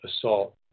assault